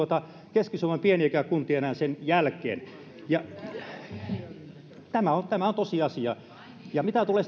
keski suomen pieniäkään kuntia enää sen jälkeen tämä on tämä on tosiasia mitä tulee